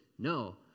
no